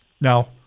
Now